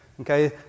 Okay